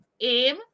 aim